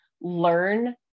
learn